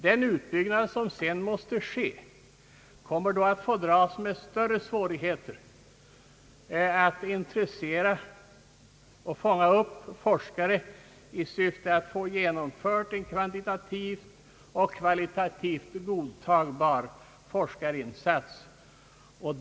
Den utbyggnad som sedan måste ske kommer då att få dras med större svårigheter än nu för att intressera och fånga upp fors kare i syfte att få en kvantitativt och kvalitativt godtagbar forskarinsats genomförd.